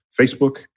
Facebook